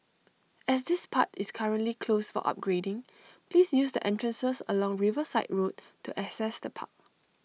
as this part is currently closed for upgrading please use the entrances along Riverside road to access the park